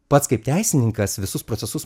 pats kaip teisininkas visus procesus